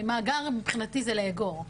מאגר מבחינתי זה לאגור.